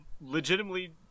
legitimately